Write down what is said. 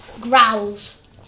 growls